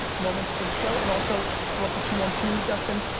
moments from the show and also throw up the two-one-two, dustin,